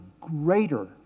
greater